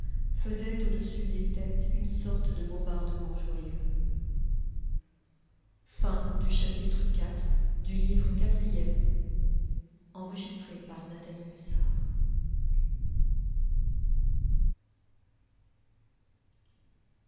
faisaient au-dessus des têtes une sorte de bombardement joyeux chapitre v